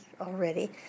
already